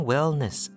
Wellness